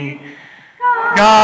God